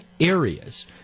areas